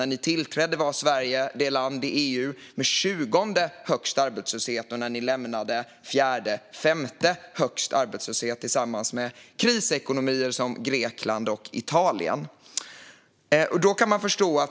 När ni tillträdde var Sverige det land i EU med 20:e högsta arbetslöshet och när ni lämnade med 4:e eller 5:e högsta arbetslöshet tillsammans med krisekonomier som Grekland och Italien.